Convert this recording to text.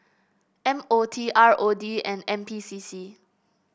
M O T R O D and N P C C